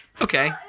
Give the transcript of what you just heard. Okay